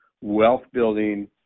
wealth-building